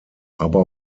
aber